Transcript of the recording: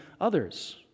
others